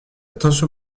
tension